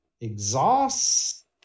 exhaust